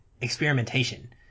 experimentation